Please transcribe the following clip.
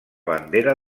bandera